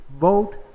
Vote